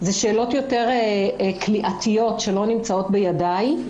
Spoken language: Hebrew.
אלה שאלות יותר כליאתיות שלא נמצאות בידיי.